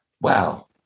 wow